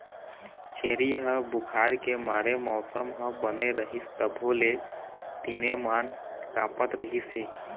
छेरी ह बुखार के मारे मउसम ह बने रहिस तभो ले दिनेमान काँपत रिहिस हे